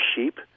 Sheep